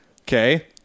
Okay